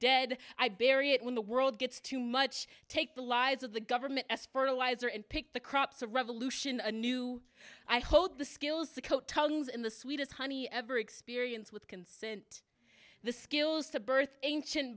dead i bury it when the world gets too much take the lies of the government as fertilizer and pick the crops of revolution a new i hope the skills to cotyledons in the sweet as honey ever experience with consent the skills to birth ancient